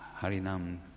Harinam